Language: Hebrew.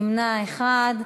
נמנע אחד.